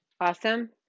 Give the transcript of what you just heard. Awesome